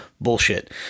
Bullshit